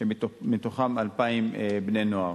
ובתוכם 2,000 בני נוער.